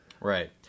right